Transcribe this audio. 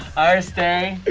our stay,